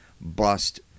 bust